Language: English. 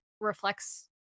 reflects